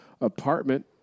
apartment